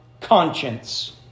conscience